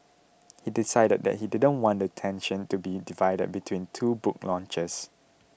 he decided that he didn't want the attention to be divided between two book launches